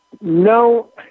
no